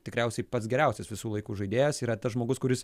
tikriausiai pats geriausias visų laikų žaidėjas yra tas žmogus kuris